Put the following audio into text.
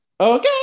Okay